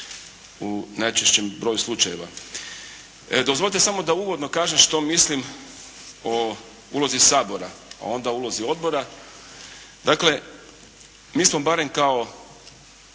u najčešćem broju slučajeva. Dozvolite samo da uvodno kažem što mislim o ulozi Sabora, a onda o ulozi odbora. Dakle, mi smo barem kao